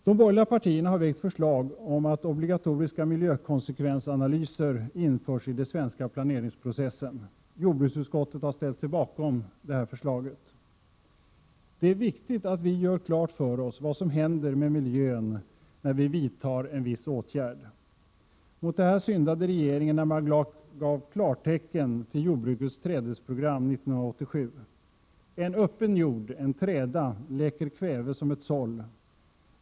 De borgerliga partierna har föreslagit obligatoriska miljökonsekvensanalyser i den svenska planeringsprocessen. Jordbruksutskottet har ställt sig bakom detta förslag. Det är nämligen viktigt att vi gör klart för oss vad som händer med miljön när vi vidtar en viss åtgärd. Mot detta syndade regeringen då den gav klartecken till jordbrukets trädesprogram 1987. En öppen jord, en träda, läcker kväve som ett såll.